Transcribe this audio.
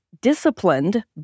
disciplined